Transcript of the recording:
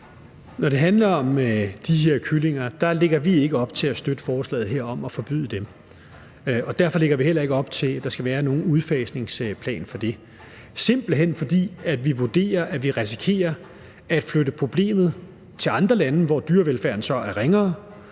Når det handler om de her kyllinger, lægger vi ikke op til at støtte forslaget her om at forbyde dem. Derfor lægger vi heller ikke op til, at der skal være nogen udfasningsplan for det, simpelt hen fordi vi vurderer, at vi risikerer at flytte problemet til andre lande, hvor dyrevelfærden så er ringere,